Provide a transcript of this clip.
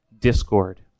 discord